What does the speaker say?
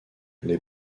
les